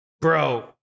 Bro